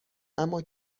اما